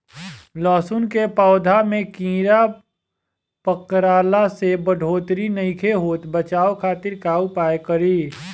लहसुन के पौधा में कीड़ा पकड़ला से बढ़ोतरी नईखे होत बचाव खातिर का उपाय करी?